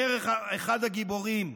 אומר אחד הגיבורים: